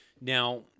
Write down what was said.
Now